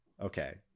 okay